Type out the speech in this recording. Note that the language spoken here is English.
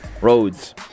Roads